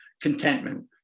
contentment